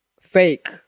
fake